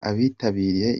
abitabiriye